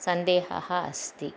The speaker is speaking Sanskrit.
सन्देहः अस्ति